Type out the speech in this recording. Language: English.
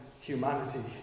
humanity